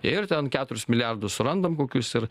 ir ten keturis milijardus surandam kokius ir